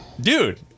Dude